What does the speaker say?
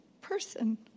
person